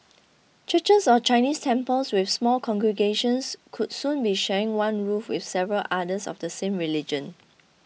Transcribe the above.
churches or Chinese temples with small congregations could soon be sharing one roof with several others of the same religion